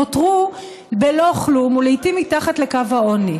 נותרו בלא כלום ולעיתים מתחת לקו העוני.